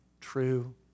true